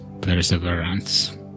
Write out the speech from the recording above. Perseverance